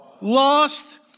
lost